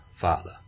Father